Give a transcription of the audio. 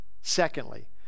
secondly